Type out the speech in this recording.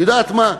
את יודעת מה,